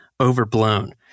overblown